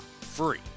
free